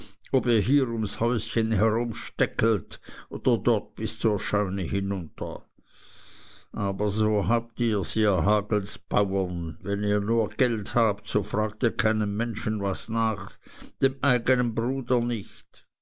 ob ihr hier ums häuschen herumsteckelt oder dort bis zur scheune hinunter aber so habt ihrs ihr hagels bauern wenn ihr nur geld habt so fragt ihr keinem menschen was nach dem eigenen bruder nicht